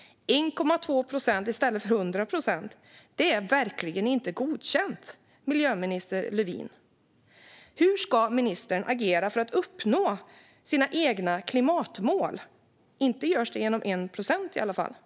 1,2 procent i stället för 100 procent är verkligen inte godkänt, miljöminister Lövin! Hur ska ministern agera för att uppnå sina egna klimatmål? Inte görs det genom 1 procent eldrivna bilar i alla fall.